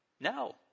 No